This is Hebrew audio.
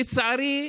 לצערי,